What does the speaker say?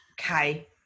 okay